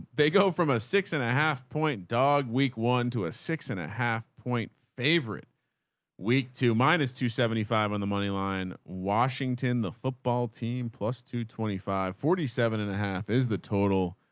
they go from a six and a half point dog week, one to a six and a half point. favorite week two minus two seventy five on the moneyline washington, the football team, plus two twenty five forty seven and a half is the total.